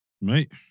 mate